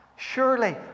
Surely